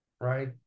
right